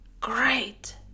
great